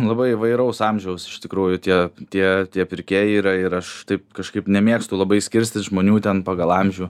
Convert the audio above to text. labai įvairaus amžiaus iš tikrųjų tie tie tie pirkėjai yra ir aš taip kažkaip nemėgstu labai skirstyt žmonių ten pagal amžių